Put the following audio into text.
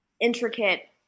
intricate